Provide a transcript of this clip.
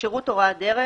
"שירות הוראת דרך"